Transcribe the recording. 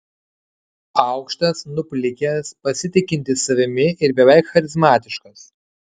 aukštas nuplikęs pasitikintis savimi ir beveik charizmatiškas